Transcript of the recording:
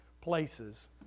places